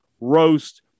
roast